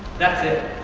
that's it.